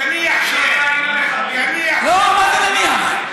נניח, לא, מה זה נניח?